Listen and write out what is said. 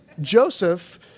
Joseph